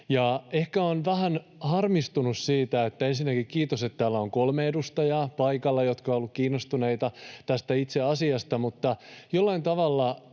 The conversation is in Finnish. ja ehkä olen vähän harmistunut siitä, että... Ensinnäkin kiitos, että täällä on paikalla kolme edustajaa, jotka ovat olleet kiinnostuneita tästä itse asiasta, mutta jollain tavalla